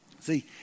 See